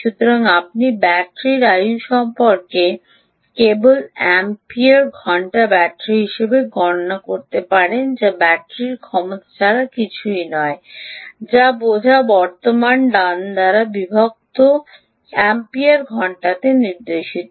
সুতরাং আপনি ব্যাটারির আয়ু সময়কে কেবল এম্পিয়ার ঘন্টা ব্যাটারি হিসাবে গণনা করতে পারেন যা ব্যাটারির ক্ষমতা ছাড়া কিছুই নয় যা বোঝা বর্তমান ডান দ্বারা বিভক্ত অ্যাম্পিয়ার ঘন্টাতে নির্দেশিত